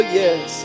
yes